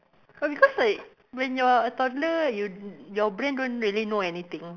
oh because like when you are a toddler you your brain don't really know anything